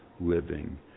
living